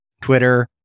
Twitter